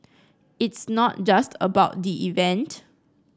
it's not just about the event